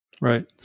right